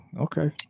Okay